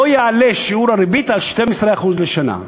לא יעלה שיעור הריבית על 12% לשנה.